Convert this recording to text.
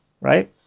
right